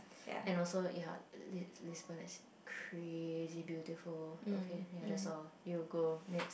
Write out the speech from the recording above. and also ya Lisbon~ Lisbon is crazy beautiful okay ya that's all you go next